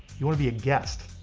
you wanna be a guest,